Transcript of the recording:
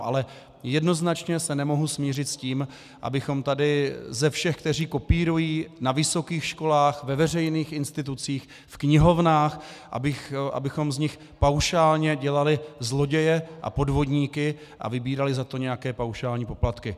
Ale jednoznačně se nemohu smířit s tím, abychom tady ze všech, kteří kopírují na vysokých školách, ve veřejných institucích, v knihovnách, abychom z nich paušálně dělali zloděje a podvodníky a vybírali za to nějaké paušální poplatky.